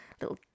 little